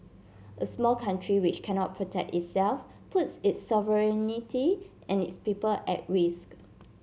a small country which cannot protect itself puts its sovereignty and its people at risk